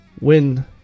win